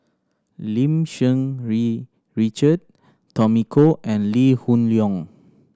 Lim Cherng Yih Richard Tommy Koh and Lee Hoon Leong